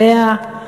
עליה,